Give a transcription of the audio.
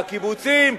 בקיבוצים,